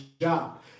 job